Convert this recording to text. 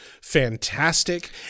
fantastic